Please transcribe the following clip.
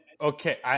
okay